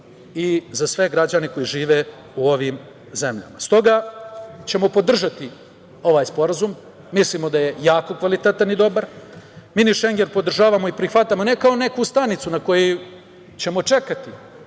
i za sve građane koji žive u ovim zemljama.S toga ćemo podržati ovaj sporazum. Mislimo da je jako kvalitetan i dobar. Mini šengen podržavamo i prihvatamo ne kao neku stanicu na koju ćemo čekati,